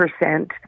percent